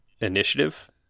initiative